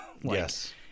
Yes